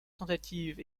tentative